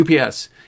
UPS